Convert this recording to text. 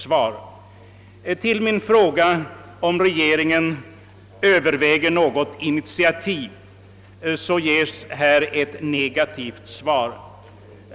På min fråga om regeringen Ööverväger något initiativ ges ett negativt svar.